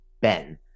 Ben